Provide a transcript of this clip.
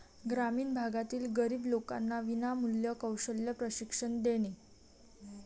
ग्रामीण भागातील गरीब लोकांना विनामूल्य कौशल्य प्रशिक्षण देणे